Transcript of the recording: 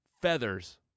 feathers